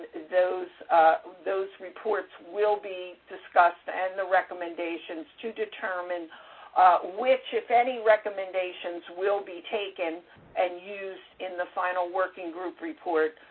those those reports will be discussed and the recommendations to determine which, if any, recommendations will be taken and used in the final working group report,